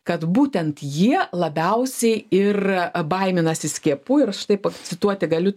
kad būtent jie labiausiai ir baiminasi skiepų ir štai pacituoti galiu